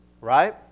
right